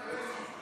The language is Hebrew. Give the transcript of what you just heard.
היושב-ראש,